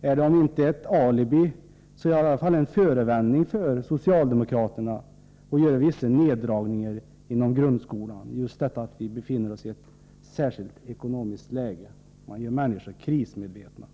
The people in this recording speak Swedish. en förevändning för socialdemokraterna att göra vissa neddragningar inom grundskolan. Jag avser just detta att vi befinner oss i ett särskilt svårt ekonomiskt läge. Man gör människor krismedvetna.